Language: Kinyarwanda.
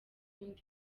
undi